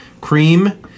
cream